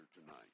tonight